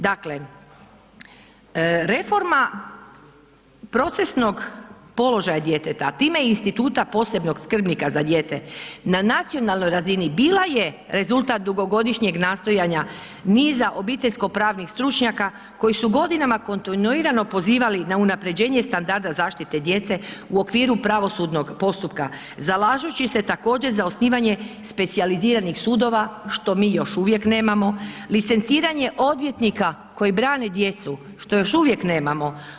Dakle, reforma procesnog položaja djeteta a time i instituta posebnog skrbnika za dijete, na nacionalnoj razini bila je rezultat dugogodišnjeg nastojanja niza obiteljsko-pravnih stručnjaka koji su godinama kontinuirano pozivali na unaprjeđenje standarda zaštite djece u okviru pravosudnog postupka zalažući se također za osnivanje specijaliziranih sudova, što mi još uvijek nemamo, licenciranje odvjetnika koji brane djecu što još uvijek nemamo.